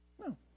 No